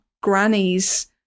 grannies